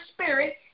spirit